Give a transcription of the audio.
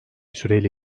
süreyle